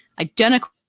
identical